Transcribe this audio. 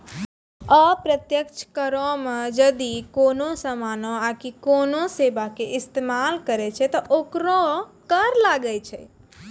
अप्रत्यक्ष करो मे जदि कोनो समानो आकि कोनो सेबा के इस्तेमाल करै छै त ओकरो कर लागै छै